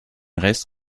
rest